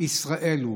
ישראל הוא,